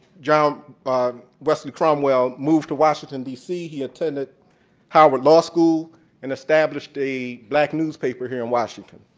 john wesley cromwell moved to washington, d c. he attended howard law school and established a black newspaper here in washington.